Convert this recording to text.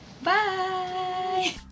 bye